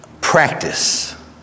practice